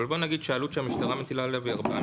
אבל בוא נגיד שהעלות שהמשטרה מטילה עליו היא 4 מיליון.